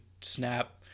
snap